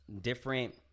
different